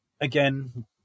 again